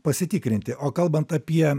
pasitikrinti o kalbant apie